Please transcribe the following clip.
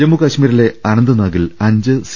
ജമ്മുകാശ്മീരിലെ അനന്ത്നാഗിൽ അഞ്ച് സി